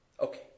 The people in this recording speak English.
Okay